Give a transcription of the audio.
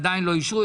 ועדיין לא אישרו.